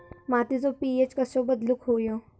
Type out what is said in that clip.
मातीचो पी.एच कसो बदलुक होयो?